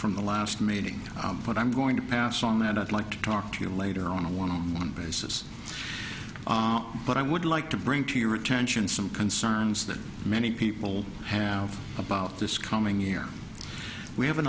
from the last meeting but i'm going to pass on that i'd like to talk to you later on a warm basis but i would like to bring to your attention some concerns that many people have about this coming year we have an